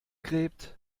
gräbt